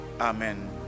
Amen